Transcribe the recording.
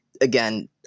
Again